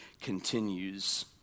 continues